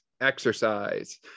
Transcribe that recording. exercise